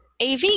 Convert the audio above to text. AV